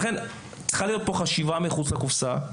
לכן, צריכה להיות פה חשיבה מחוץ לקופסא.